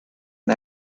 and